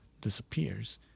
disappears